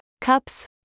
cups